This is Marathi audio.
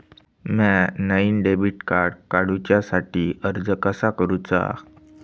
म्या नईन डेबिट कार्ड काडुच्या साठी अर्ज कसा करूचा?